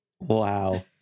Wow